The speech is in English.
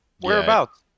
Whereabouts